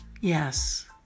Yes